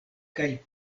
kaj